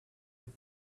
that